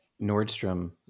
Nordstrom